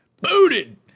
Booted